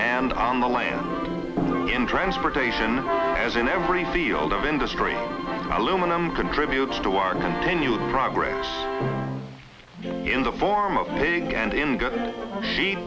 and on the land in transportation as in every field of industry aluminum contributes to our continued progress in the form of paying and